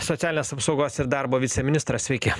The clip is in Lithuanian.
socialinės apsaugos ir darbo viceministras sveiki